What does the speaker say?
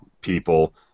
people